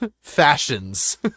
fashions